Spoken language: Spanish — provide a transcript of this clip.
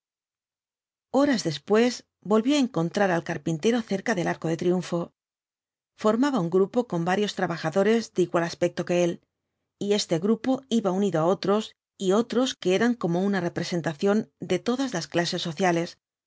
horas después volvió á encontrar al carpintero cerca del arco de triunfo formaba grupo con varios trabajadores de igual aspecto que él y este grupo iba unido á otros y otros que eran como una representación de todas las clases sociales